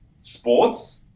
sports